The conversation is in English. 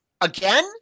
Again